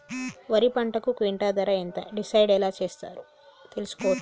వరి పంటకు క్వింటా ధర ఎంత డిసైడ్ ఎలా చేశారు తెలుసుకోవచ్చా?